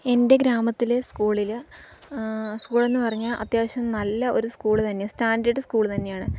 എൻ്റെ ഗ്രാമത്തിലെ സ്കൂളില് സ്കൂളെന്നു പറഞ്ഞാല് അത്യാവശ്യം നല്ല ഒരു സ്കൂള് തന്നെ സ്റ്റാൻഡേർഡ് സ്കൂള് തന്നെയാണ്